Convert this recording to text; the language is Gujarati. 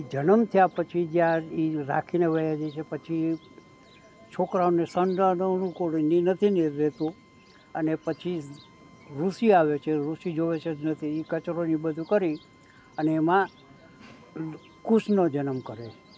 અને એ જન્મ થયા પછી જ્યાં એ રાખીને ચાલ્યા જાય છે પછી છોકરાઓને સંતાનો અનુકૂળ એ નથી નીર રહેતું અને પછી ઋષિ આવે છે ઋષિ આવે છે નથી ઇ કચરો ને બધું કરી અને એમાં કુશનો જનમ કરે